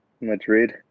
Madrid